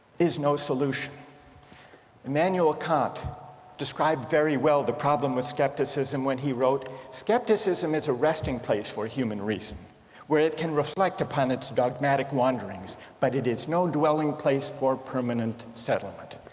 is no solution emanuel kant described very well the problem with skepticism when he wrote skepticism is a resting place for human reason where it can reflect upon its dogmatic wanderings but it is no dwelling place for permanent settlement.